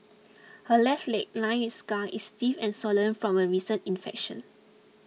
her left leg lined with scars is stiff and swollen from a recent infection